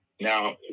Now